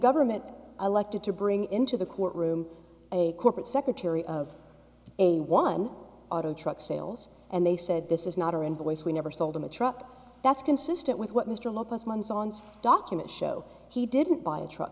government elected to bring into the courtroom a corporate secretary of a one auto truck sales and they said this is not our invoice we never sold him a truck that's consistent with what mr lopez months on documents show he didn't buy a truck